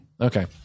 Okay